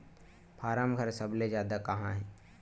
form घर सबले जादा कहां हे